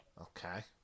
Okay